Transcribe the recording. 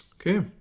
Okay